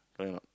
correct or not